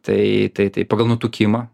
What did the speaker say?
tai tai taip pagal nutukimą